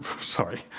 sorry